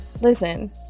Listen